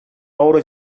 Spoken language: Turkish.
avro